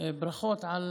ברכות על